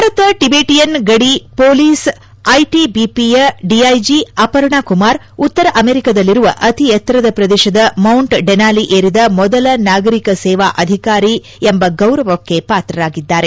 Bharat Tibetan ಗಡಿ police ITBP ಯ DIG Aparna Kumar ಉತ್ತರ ಅಮೆರಿಕದಲ್ಲಿರುವ ಅತಿ ಎತ್ತರದ ಪ್ರದೇಶದ ಮೌಂಟ್ ಡೆನಾಲಿ ಏರಿದ ಮೊದಲ ನಾಗರಿಕ ಸೇವಾ ಅಧಿಕಾರಿ ಎಂಬು ಗೌರವಕ್ಕೆ ಪಾತ್ರರಾಗಿದ್ದಾರೆ